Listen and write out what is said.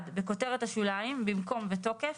בכותרת השוליים במקום בתוקף,